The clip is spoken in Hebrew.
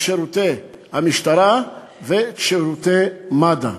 את שירותי המשטרה ואת שירותי מד"א.